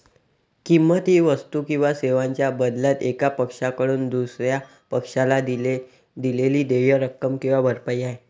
किंमत ही वस्तू किंवा सेवांच्या बदल्यात एका पक्षाकडून दुसर्या पक्षाला दिलेली देय रक्कम किंवा भरपाई आहे